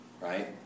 right